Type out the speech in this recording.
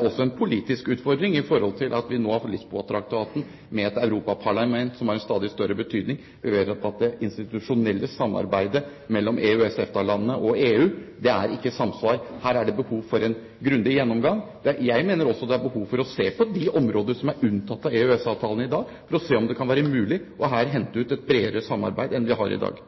også en politisk utfordring med tanke på at vi nå har fått Lisboa-traktaten, med et europaparlament som har en stadig større betydning – vi vet at det institusjonelle samarbeidet mellom EØS/EFTA-landene og EU ikke er i samsvar. Her er det behov for en grundig gjennomgang. Jeg mener også det er behov for å se på de områdene som er unntatt fra EØS-avtalen i dag, for å se om det kan være mulig å hente ut et bredere samarbeid her enn det vi har i dag.